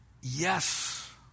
Yes